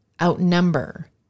outnumber